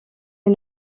est